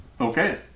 Okay